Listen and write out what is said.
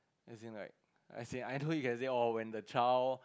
as in like as in I know you can say oh when the child